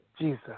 Jesus